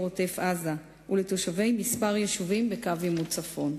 עוטף-עזה ולתושבי כמה יישובים בקו העימות בצפון.